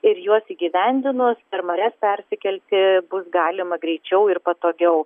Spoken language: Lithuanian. ir juos įgyvendinus per marias persikelti bus galima greičiau ir patogiau